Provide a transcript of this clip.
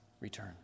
return